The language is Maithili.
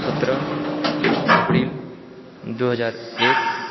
सतरह अप्रील दू हजार एक